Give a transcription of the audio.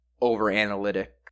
over-analytic